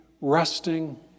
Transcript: resting